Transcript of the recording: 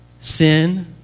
sin